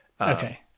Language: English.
Okay